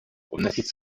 вносить